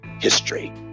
history